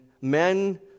men